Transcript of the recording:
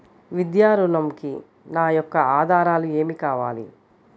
విద్యా ఋణంకి నా యొక్క ఆధారాలు ఏమి కావాలి?